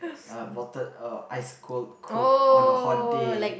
uh bottled or ice cold Coke on a hot day